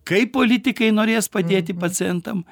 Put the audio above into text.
kaip politikai norės padėti pacientam